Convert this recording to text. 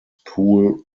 pool